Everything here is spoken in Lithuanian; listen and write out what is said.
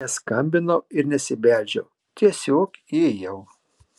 neskambinau ir nesibeldžiau tiesiog įėjau